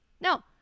No